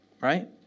right